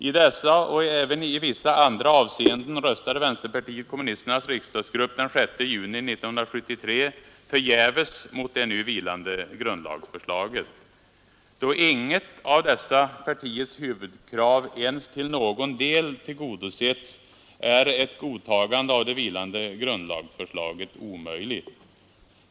I dessa och även i vissa andra avseenden röstade vänsterpartiet kommunisternas riksdagsgrupp den 6 juni 1973 förgäves mot det nu vilande grundlagsförslaget. Då inget av dessa partiers huvudkrav ens till någon del tillgodosetts är ett godtagande av det vilande grundlagsförslaget omöjligt.